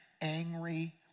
angry